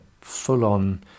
full-on